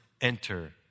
Enter